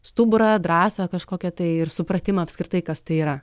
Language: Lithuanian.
stuburą drąsą kažkokią tai ir supratimą apskritai kas tai yra